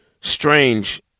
strange